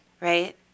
right